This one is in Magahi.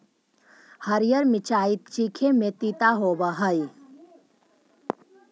हरीअर मिचाई चीखे में तीता होब हई